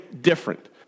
different